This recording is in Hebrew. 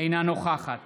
אינה נוכחת